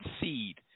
seed